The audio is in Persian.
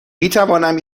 میتوانم